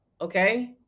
okay